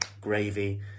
gravy